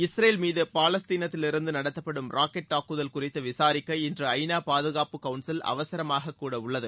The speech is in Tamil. இஸ்ரேல் மீது பாலஸ்தீனத்திலிருந்து நடத்தப்படும் ராக்கெட் தாக்குதல் குறித்து விளரிக்க இன்று ஐ நா பாதுகாப்பு கவுன்சில் அவசரமாக கூடவுள்ளது